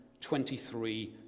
23